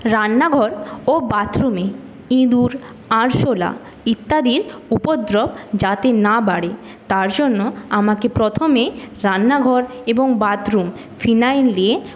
রান্নাঘর ও বাথরুমে ইঁদুর আরশোলা ইত্যাদির উপদ্রব যাতে না বাড়ে তার জন্য আমাকে প্রথমে রান্নাঘর এবং বাথরুম ফিনাইল দিয়ে